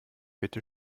bitte